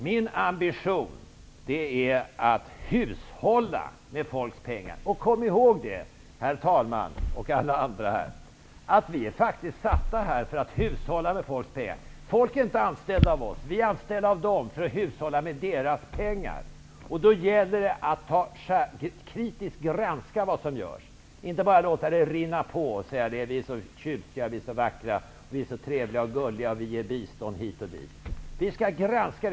Min ambition är att hushålla med folks pengar. Kom ihåg, herr talman och alla andra, att vi faktiskt är satta här för att hushålla med folks pengar. Folk är inte anställda av oss. Vi är anställda av dem för att hushålla med deras pengar. Då gäller det att kritiskt granska vad som görs, inte bara låta det hela rinna på och säga att vi är så tjusiga, vackra, trevliga, gulliga och ger bistånd hit och dit. Biståndet skall granskas.